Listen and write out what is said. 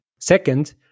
Second